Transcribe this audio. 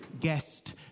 guest